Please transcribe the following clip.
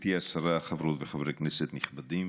גברתי השרה, חברות וחברי כנסת נכבדים,